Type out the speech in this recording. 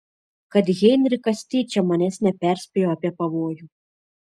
kad heinrichas tyčia manęs neperspėjo apie pavojų